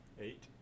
eight